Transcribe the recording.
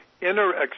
inner